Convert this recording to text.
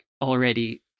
already